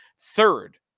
Third